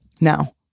Now